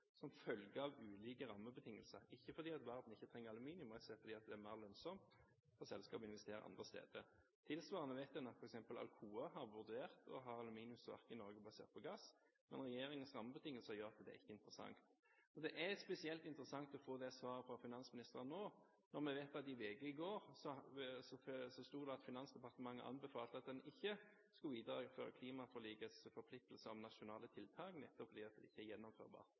som følge av ulike rammebetingelser, ikke fordi verden ikke trenger aluminium, men rett og slett fordi det er mer lønnsomt for selskapet å investere andre steder. Tilsvarende vet en at f.eks. Alcoa har vurdert å ha aluminiumsverk basert på gass i Norge, men regjeringens rammebetingelser gjør at det ikke er interessant. Det er spesielt interessant å få det svaret fra finansministeren nå, når vi vet at det i VG i går sto at Finansdepartementet anbefalte at en ikke skulle videreføre klimaforlikets forpliktelser om nasjonale tiltak, nettopp fordi det ikke er